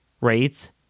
rates